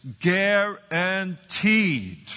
guaranteed